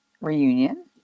reunion